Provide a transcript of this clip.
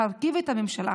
להרכיב את הממשלה,